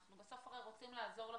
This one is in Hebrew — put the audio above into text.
הרי בסוף אנחנו רוצים לעזור לכם.